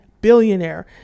billionaire